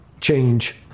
change